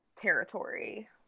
territory